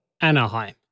Anaheim